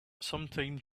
sometime